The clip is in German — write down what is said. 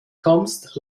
kommst